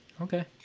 Okay